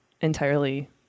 entirely